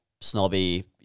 snobby